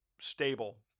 stable